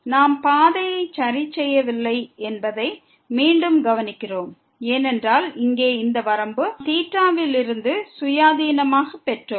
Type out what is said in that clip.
நாம் பாதையை சரி செய்யவில்லை என்பதை மீண்டும் கவனிக்கிறோம் ஏனென்றால் இங்கே இந்த வரம்பு உள்ளது நாம் வில் இருந்து சுயாதீனமாக பெற்றோம்